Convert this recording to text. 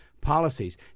policies